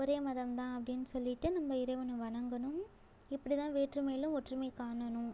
ஒரே மதம் தான் அப்படின்னு சொல்லிவிட்டு நம்ப இறைவனை வணங்கணும் இப்படி தான் வேற்றுமையில் ஒற்றுமை காணணும்